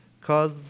cause